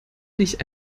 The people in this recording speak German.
nicht